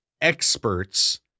experts